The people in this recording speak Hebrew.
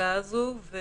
בפסקה הזו.